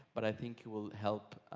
but i think it will help